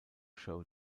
show